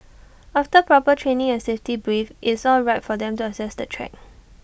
after proper training and safety brief IT is all right for them to access the track